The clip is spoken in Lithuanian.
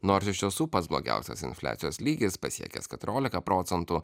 nors iš tiesų pats blogiausias infliacijos lygis pasiekęs keturiolika procentų